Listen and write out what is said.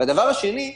הדבר השני,